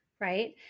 right